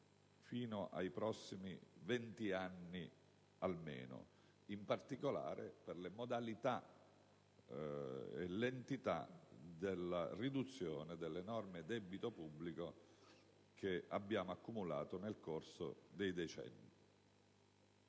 fino ai prossimi venti anni almeno, in particolare per le modalità e l'entità della riduzione dell'enorme debito pubblico che abbiamo accumulato nel corso dei decenni.